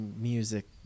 music